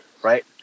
Right